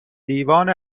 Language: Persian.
دیوان